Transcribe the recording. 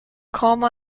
coma